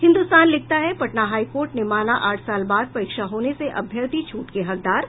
हिन्दुस्तान लिखता है Patna high court ने माना आठ साल बाद परीक्षा होने से अभ्यर्थी छूट के हकदार